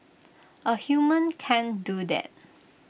A human can do that